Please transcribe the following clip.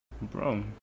Bro